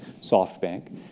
SoftBank